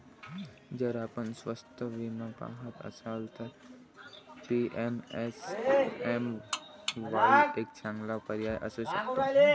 जर आपण स्वस्त विमा पहात असाल तर पी.एम.एस.एम.वाई एक चांगला पर्याय असू शकतो